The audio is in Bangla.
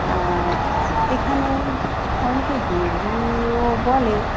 আর এখানে অনেকে হিন্দিও বলে